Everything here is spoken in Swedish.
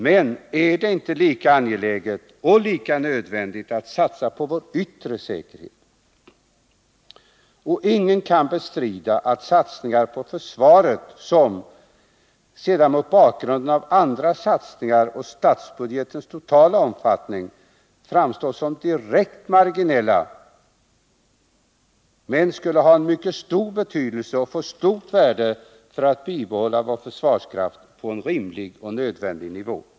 Men är det inte lika angeläget och lika nödvändigt att satsa på vår yttre säkerhet? Ingen kan bestrida att satsningar på försvaret, som sedda mot bakgrunden av andra satsningar och statsbudgetens totala omfattning framstår som direkt marginella, skulle ha en mycket stor betydelse och få stort värde för att vi skall kunna bibehålla vår försvarskraft på en rimlig och nödvändig nivå.